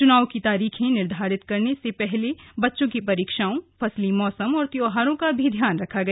चुनाव की तारीखें निर्धारित करने से पहले बच्चों की परीक्षाओं फसली मौसम और त्योहारों का भी ध्यान रखा गया